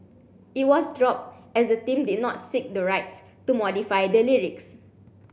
it was dropped as the team did not seek the rights to modify the lyrics